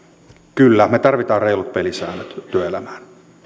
kyllä me tarvitsemme reilut pelisäännöt työelämään